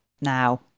now